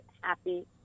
happy